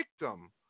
victim